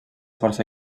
força